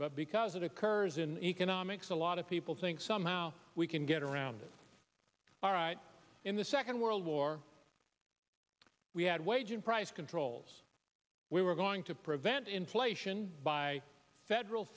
gravity because it occurs in economics a lot of people think somehow we can get around it all right in the second world war we had wage and price controls we were going to prevent inflation by federal